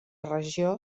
regió